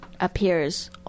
appears